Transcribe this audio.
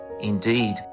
Indeed